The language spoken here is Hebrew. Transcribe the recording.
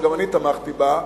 שגם אני תמכתי בה,